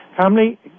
Family